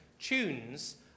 tunes